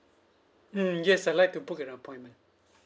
mm yes I'd like to book an appointment